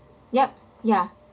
yup ya